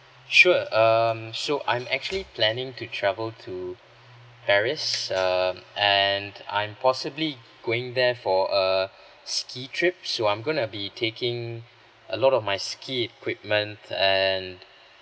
sure um so I'm actually planning to travel to paris err and I'm possibly going there for a ski trip so I'm going to be taking a lot of my ski equipment and